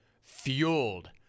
fueled